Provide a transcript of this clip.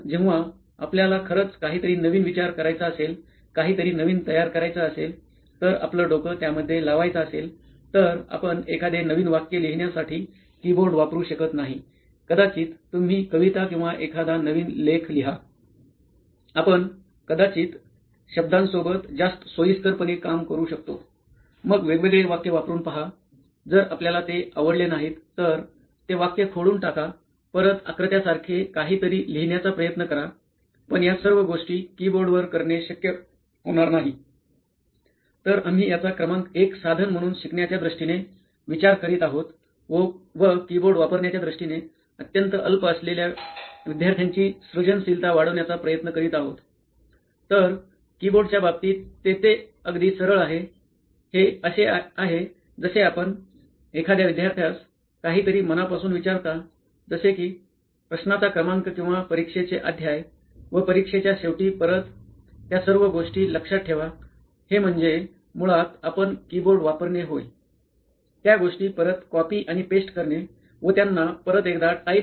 पण जेव्हा आपल्याला खरंच काहीतरी नवीन विचार करायचं असेल काहीतरी नवीन तयार करायचं असेल तर आपलं डोकं त्यामध्ये लावायचं असेल तर आपण एखादे नवीन वाक्य लिहिण्यासाठी कीबोर्ड वापरू शकत नाही कदाचित तुम्ही कविता किंवा एखादा नवीन लेख लिहा